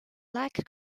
like